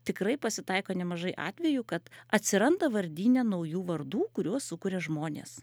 tikrai pasitaiko nemažai atvejų kad atsiranda vardyne naujų vardų kuriuos sukuria žmonės